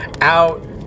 out